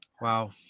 Wow